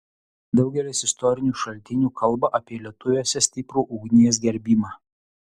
daugelis istorinių šaltinių kalba apie lietuviuose stiprų ugnies gerbimą